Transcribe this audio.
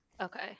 Okay